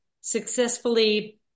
successfully